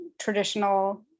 traditional